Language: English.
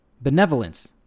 benevolence